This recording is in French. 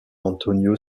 antonio